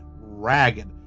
ragged